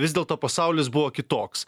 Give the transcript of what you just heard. vis dėlto pasaulis buvo kitoks